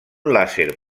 làser